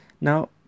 Now